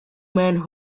men